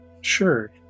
Sure